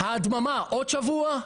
ההדממה עוד שבוע?